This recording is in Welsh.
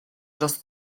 dros